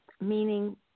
meaning